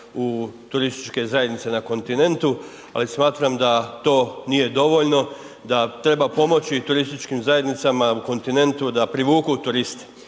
u turističke zajednice na kontinentu, ali smatram da to nije dovoljno, da treba pomoći i turističkim zajednicama u kontinentu da privuku turiste.